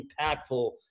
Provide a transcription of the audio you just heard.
impactful